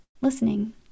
listening